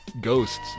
ghosts